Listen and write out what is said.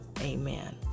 Amen